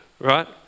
right